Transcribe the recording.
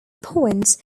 points